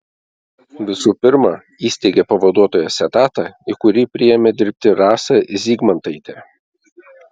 visų pirma įsteigė pavaduotojos etatą į kurį priėmė dirbti rasą zygmantaitę